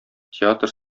театр